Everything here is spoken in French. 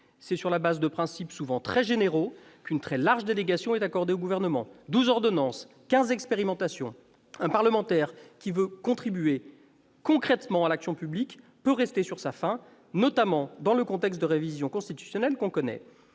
C'est sur la base de principes souvent très généraux qu'une très large délégation est accordée au Gouvernement : douze ordonnances, quinze expérimentations ! Un parlementaire qui veut contribuer concrètement à l'action publique peut rester sur sa faim, notamment dans le contexte de révision constitutionnelle que l'on connaît.